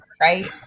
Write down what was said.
right